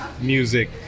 music